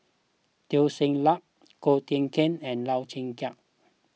Teo Ser Luck Ko Teck Kin and Lau Chiap Khai